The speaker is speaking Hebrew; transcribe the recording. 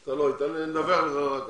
אתה לא היית, נדווח לך אחר כך.